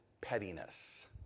pettiness